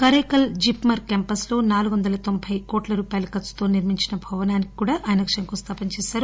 Karaikal JIPMER campus లో నాలుగొందల తొంబై కోట్ల రూపాయల ఖర్చుతో నిర్మించే భవనానికి కూడా ఆయన శంకుస్థాపన చేశారు